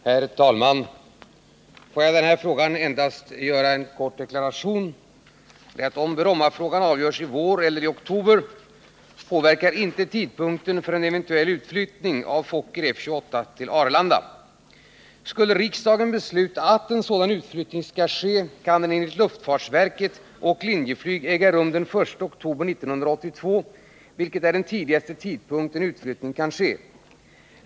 Herr talman! Låt mig i den här frågan endast göra en kort deklaration. Om Brommafrågan avgörs i vår eller i oktober påverkar inte tidpunkten för en eventuell utflyttning av Fokker F 28 till Arlanda. Skulle riksdagen besluta att en sådan utflyttning skall ske, kan den enligt luftfartsverket och Linjeflyg äga rum den 1 oktober 1982, vilket är den tidigaste tidpunkt då en utflyttning kan ske.